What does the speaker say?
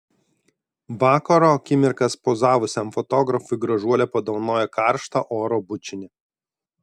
vakaro akimirkas pozavusiam fotografui gražuolė padovanojo karštą oro bučinį